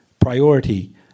priority